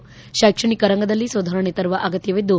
ಶ್ಶೆಕ್ಷಣಿಕ ರಂಗದಲ್ಲಿ ಸುಧಾರಣೆ ತರುವ ಅಗತ್ಯವಿದ್ದು